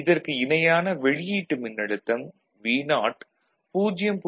இதற்கு இணையான வெளியீட்டு மின்னழுத்தம் Vo 0